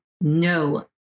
No